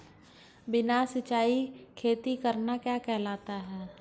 बिना सिंचाई खेती करना क्या कहलाता है?